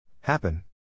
Happen